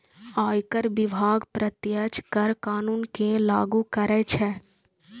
आयकर विभाग प्रत्यक्ष कर कानून कें लागू करै छै